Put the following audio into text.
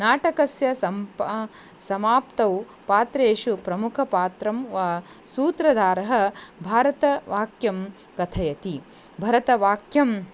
नाटकस्य सम्पा समाप्तौ पात्रेषु प्रमुखपात्रं वा सूत्रधारः भरतवाक्यं कथयति भरतवाक्यं